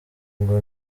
ngo